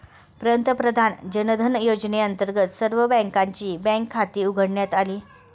पंतप्रधान जनधन योजनेअंतर्गत सर्व लोकांची बँक खाती उघडण्यात आली